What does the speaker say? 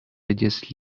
reyes